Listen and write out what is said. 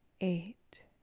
eight